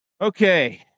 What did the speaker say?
Okay